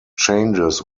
changes